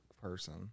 person